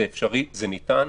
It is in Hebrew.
זה אפשרי, זה ניתן.